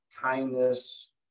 kindness